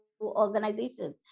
organizations